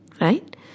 right